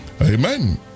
amen